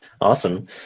Awesome